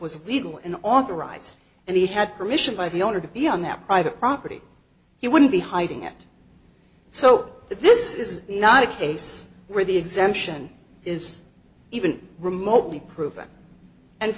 was legal and authorized and he had permission by the owner to be on that private property he wouldn't be hiding it so this is not a case where the exemption is even remotely proven and